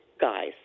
guys